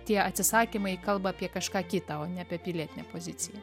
tie atsisakymai kalba apie kažką kitą o ne apie pilietinę poziciją